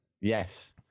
Yes